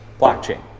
blockchain